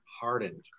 hardened